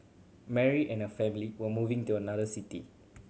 Mary and her family were moving to another city